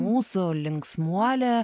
mūsų linksmuolė